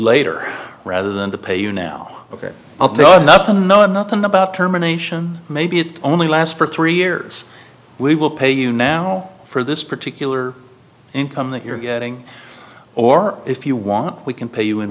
later rather than to pay you now look it up though nothing no nothing about terminations maybe it only lasts for three years we will pay you now for this particular income that you're getting or if you want we can pay you in